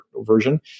version